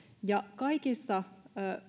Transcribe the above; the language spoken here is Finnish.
kaikissa